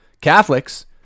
Catholics